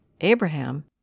Abraham